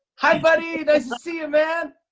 hi, buddy! nice to see you, man.